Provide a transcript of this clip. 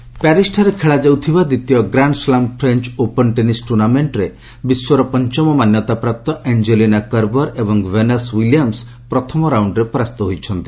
French Open ପ୍ୟାରିସଠାରେ ଖେଳାଯାଉଥିବା ଦ୍ୱିତୀୟ grand slam French Open tennis ଟ୍ରର୍ଣ୍ଣାମେଣ୍ଟରେ ବିଶ୍ୱର ପଞ୍ଚମ ମାନ୍ୟତାପ୍ରାପ୍ତ ଆଞ୍ଜେଲିନା କରବର୍ ଏବ ଭେନସ୍ ୱିଲିୟମ୍ସ୍ ପ୍ରଥମ ରାଉଣ୍ଡରେ ହାରିଯାଇଛନ୍ତି